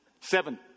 seven